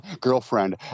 girlfriend